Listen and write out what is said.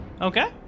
Okay